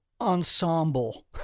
ensemble